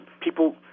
People